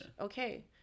okay